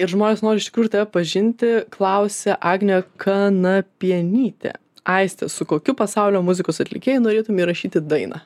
ir žmonės nori iš tikrųjų tave pažinti klausia agnė kanapienytė aiste su kokiu pasaulio muzikos atlikėju norėtum įrašyti dainą